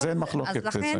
על זה אין מחלוקת צגה.